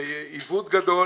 זה עיוות גדול